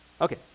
okay